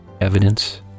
Evidence